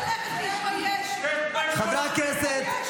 קריאות: --- חברי הכנסת,